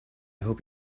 hope